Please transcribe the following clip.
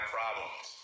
problems